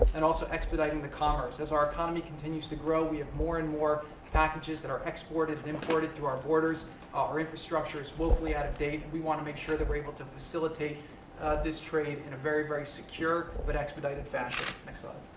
and also expediting the commerce. as our economy continues to grow and we have more and more packages that are exported and imported through our borders our infrastructure is woefully out of date, and we want to make sure that we're able to facilitate this trade in a very, very secure but expedited fashion. next slide.